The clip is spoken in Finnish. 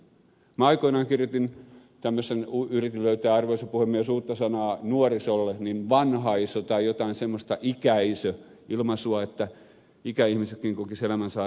minä aikoinaan kirjoitin tämmöisestä yritin löytää arvoisa puhemies uutta sanaa nuorison vastakohdaksi vanhaiso tai jotain semmoista ikäisö ilmaisua että ikäihmisetkin kokisivat elämänsä arvokkaaksi